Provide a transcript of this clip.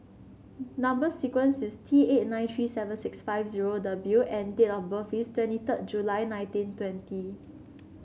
number sequence is T eight nine three seven six five zero W and date of birth is twenty third July nineteen twenty